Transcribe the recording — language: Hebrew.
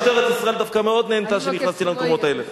משטרת ישראל דווקא מאוד נהנתה כשנכנסתי למקומות האלה.